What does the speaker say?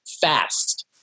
fast